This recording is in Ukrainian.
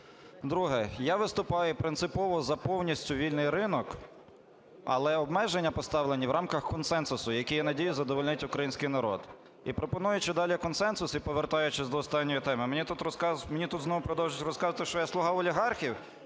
Друге. Я виступаю принципово за повністю вільний ринок, але обмеження поставлені в рамках консенсусу, який, я надіюсь, задовольнить український народ. І пропонуючи далі консенсус і повертаючись до останньої теми, мені тут розказують... мені тут знову продовжують розказувати, що я – слуга олігархів.